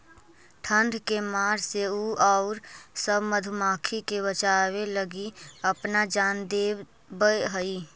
ठंड के मार से उ औउर सब मधुमाखी के बचावे लगी अपना जान दे देवऽ हई